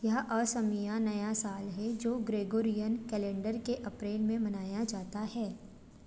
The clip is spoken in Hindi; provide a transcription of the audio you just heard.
यह असमिया नया साल है जो ग्रेगोरियन कैलेंडर के अप्रैल में मनाया जाता है